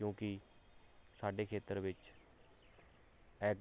ਕਿਉਂਕਿ ਸਾਡੇ ਖੇਤਰ ਵਿੱਚ ਐੱਗ